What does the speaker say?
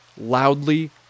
loudly